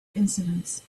incidents